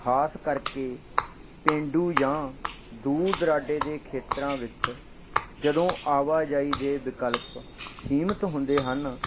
ਖ਼ਾਸ ਕਰਕੇ ਪੇਂਡੂ ਜਾਂ ਦੂਰ ਦੁਰਾਡੇ ਦੇ ਖੇਤਰਾਂ ਵਿੱਚ ਜਦੋਂ ਆਵਾਜਾਈ ਦੇ ਵਿਕਲਪ ਸੀਮਤ ਹੁੰਦੇ ਹਨ